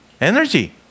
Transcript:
energy